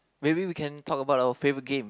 maybe we can talk about our favorite game